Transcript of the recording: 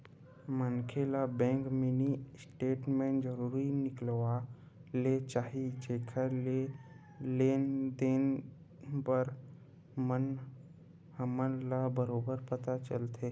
मनखे ल bank mini statement जरूर निकलवा ले चाही जेखर ले लेन देन के बार म हमन ल बरोबर पता चलथे